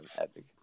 Epic